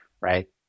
right